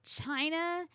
China